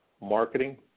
Marketing